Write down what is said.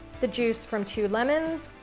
the juice from two lemons,